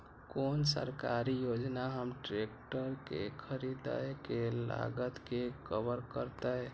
कोन सरकारी योजना हमर ट्रेकटर के खरीदय के लागत के कवर करतय?